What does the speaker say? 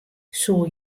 soe